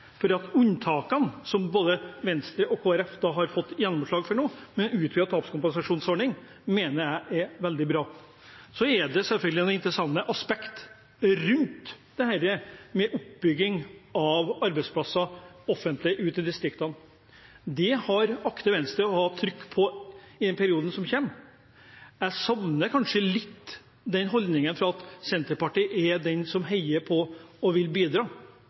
det. For unntakene, som både Venstre og Kristelig Folkeparti har fått gjennomslag for nå med en utvidet tapskompensasjonsordning, mener jeg er veldig bra. Det er selvfølgelig noen interessante aspekt rundt dette med oppbygging av offentlige arbeidsplasser rundt i distriktene. Det akter Venstre å ha trykk på i den perioden som kommer. Jeg savner litt den holdningen hos Senterpartiet, at de er den som heier på og vil bidra.